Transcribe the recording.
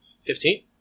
Fifteen